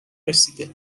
رسیده